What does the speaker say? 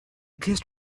kissed